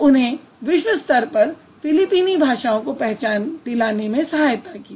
तो उन्होंने विश्व स्तर पर फिलीपीनी भाषाओं को पहचान दिलाने में सहायता की